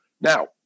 Now